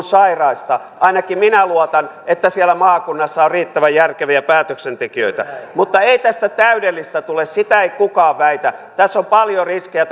sairaista ainakin minä luotan siihen että siellä maakunnassa on riittävän järkeviä päätöksentekijöitä mutta ei tästä täydellistä tule sitä ei kukaan väitä tässä on paljon riskejä